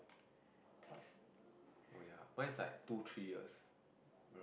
tough